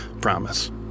Promise